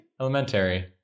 Elementary